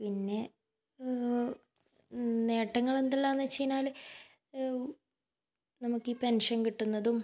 പിന്നെ നേട്ടങ്ങൾ എന്തെല്ലാമെന്ന് വെച്ച് കഴിഞ്ഞാൽ നമുക്ക് ഈ പെൻഷൻ കിട്ടുന്നതും